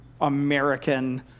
American